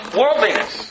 worldliness